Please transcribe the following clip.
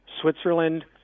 Switzerland